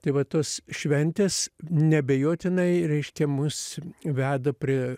tai va tos šventės neabejotinai reiškia mus veda prie